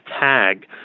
tag